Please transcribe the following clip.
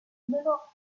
ebbero